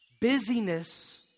Busyness